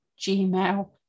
gmail